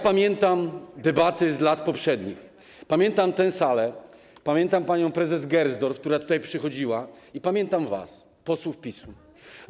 Pamiętam debaty z lat poprzednich, pamiętam tę salę, pamiętam panią prezes Gersdorf, która tutaj przychodziła, i pamiętam was, posłów PiS-u.